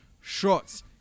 Shots